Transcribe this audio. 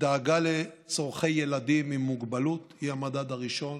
שדאגה לצורכי ילדים עם מוגבלות היא המדד הראשון